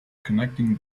connecting